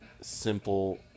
simple